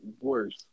worse